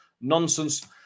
nonsense